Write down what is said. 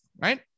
right